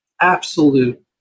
absolute